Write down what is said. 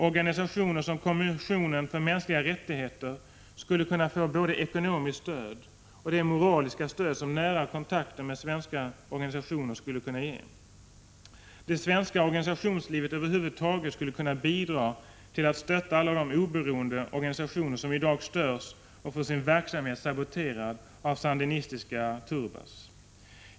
Organisationer som Kommissionen för mänskliga rättigheter skulle kunna få både ekonomiskt stöd och det moraliska stöd som nära kontakter med svenska organisationer skulle kunna ge. Det svenska organisationslivet över huvud taget skulle kunna bidra till att stötta alla de oberoende organisationer som i dag störs och får sin verksamhet saboterad av sandinistiska ”turbas”.